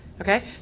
Okay